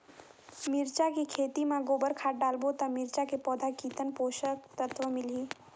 मिरचा के खेती मां गोबर खाद डालबो ता मिरचा के पौधा कितन पोषक तत्व मिलही?